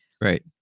right